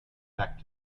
back